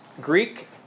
Greek